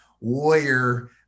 warrior